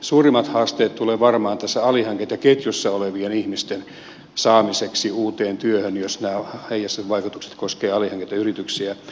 suurimmat haasteet tulevat varmaan alihankintaketjussa olevien ihmisten saamiseksi uuteen työhön jos nämä heijastevaikutukset koskevat alihankintayrityksiä